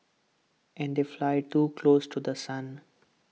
and they fly too close to The Sun